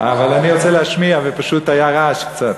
אבל אני רוצה להשמיע, ופשוט היה רעש קצת.